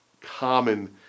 common